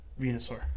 Venusaur